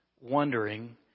wondering